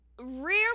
rear